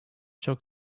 çok